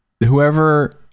whoever